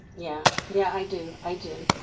yeah, yeah i do. i do.